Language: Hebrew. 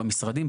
במשרדים,